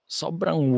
sobrang